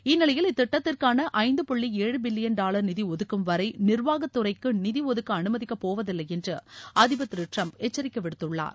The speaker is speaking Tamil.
இந்நிலையில் இத்திட்டத்திற்கான ஐந்து புள்ளி ஏழு பில்லியன் டாலர் நிதி ஒதுக்கும்வரை நிர்வாகத் துறைக்கு நிதி ஒதுக்க அனுமதிக்கப் போவதில்லை என்று அதிபர் திரு டிரம்ப் எச்சரிக்கை விடுத்துள்ளார்